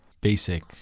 basic